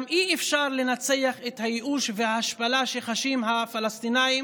גם אי-אפשר לנצח את הייאוש וההשפלה שחשים הפלסטינים